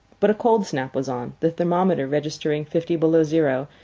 but a cold snap was on, the thermometer registering fifty below zero,